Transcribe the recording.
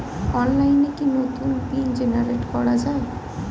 অনলাইনে কি নতুন পিন জেনারেট করা যায়?